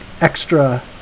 extra